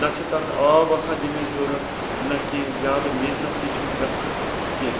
نہَ چھُ تَتھ آب آسان دِنٕچ ضرورت نہَ کینٛہہ زیادٕ محنَت تہٕ چھ نہٕ گَژھان کینٛہہ